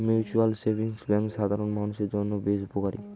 mutual savings bank সাধারণ মানুষদের জন্য বেশ উপকারী